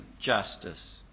justice